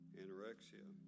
anorexia